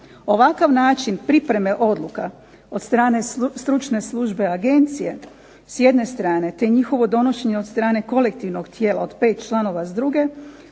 Ovakav način pripreme odluka od strane stručne službe agencije s jedne strane, te njihovo donošenje od strane kolektivnog tijela od pet članova s druge,